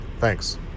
Thanks